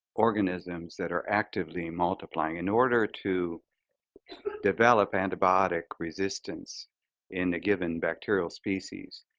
organisms that are actively multiplying. in order to develop antibiotic resistance in a given bacterial species,